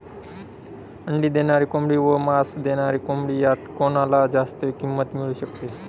अंडी देणारी कोंबडी व मांस देणारी कोंबडी यात कोणाला जास्त किंमत मिळू शकते?